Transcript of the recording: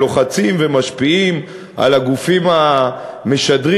לוחצים ומשפיעים על הגופים המשדרים,